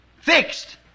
fixed